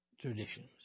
traditions